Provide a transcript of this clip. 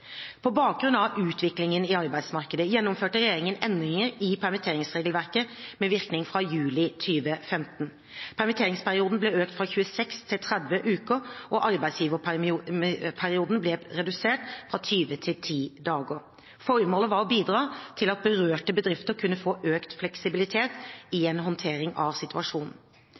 På bakgrunn av utviklingen i arbeidsmarkedet gjennomførte regjeringen endringer i permitteringsregelverket med virkning fra juli 2015. Permitteringsperioden ble økt fra 26 til 30 uker, og arbeidsgiverperioden ble redusert fra 20 til 10 dager. Formålet var å bidra til at berørte bedrifter kunne få økt fleksibilitet i en håndtering av situasjonen.